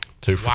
two